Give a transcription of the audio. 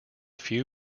few